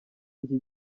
iki